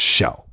Show